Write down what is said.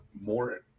more